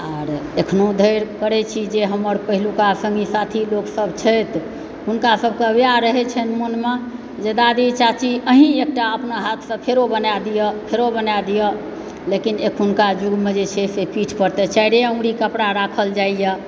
आर अखनो धरि करै छी जे हमर पहिलुका लोक सङ्गी साथी लोकसभ छथि हुनका सभकेँ वएह रहै छनि मनमे जे दादी चाची अहीँ एकटा अपना हाथसँ फेरो बना दिअ फेरो बना दिअ लेकिन अखुनका युगमे जे छै से पीठ पर तऽ चारिए अँगुरके कपड़ा राखल जाइए